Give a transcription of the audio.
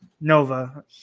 Nova